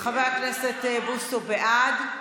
חבר הכנסת בוסו בעד.